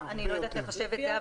אני לא יודעת לחשב את זה,